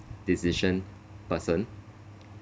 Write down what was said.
decision person